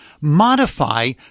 modify